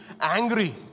angry